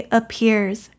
appears